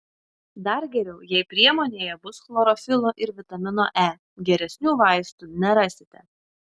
dar geriau jei priemonėje bus chlorofilo ir vitamino e geresnių vaistų nerasite